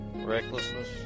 Recklessness